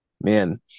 man